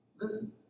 Listen